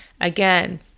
Again